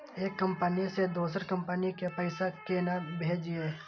एक कंपनी से दोसर कंपनी के पैसा केना भेजये?